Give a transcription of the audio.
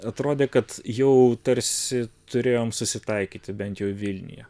atrodė kad jau tarsi turėjom susitaikyti bent jau vilniuje